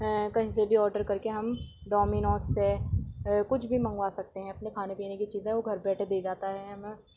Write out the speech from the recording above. کہیں سے بھی آرڈر کر کے ہم ڈومینوز سے کچھ بھی منگوا سکتے ہیں اپنے کھانے پینے کی چیزیں وہ گھر بیٹھے دے جاتا ہے ہمیں